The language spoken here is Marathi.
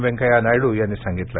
व्यकया नायडू यांनी सांगितलं